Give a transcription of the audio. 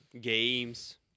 Games